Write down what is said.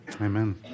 Amen